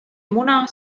muna